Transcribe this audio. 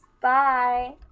bye